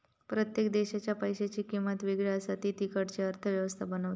प्रत्येक देशाच्या पैशांची किंमत वेगळी असा ती तिकडची अर्थ व्यवस्था बनवता